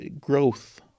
growth